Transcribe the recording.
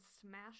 smash